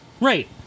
Right